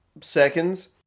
seconds